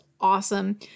awesome